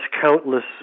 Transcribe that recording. countless